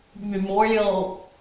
memorial